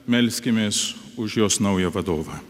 melskimės už jos naują vadovą